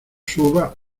suba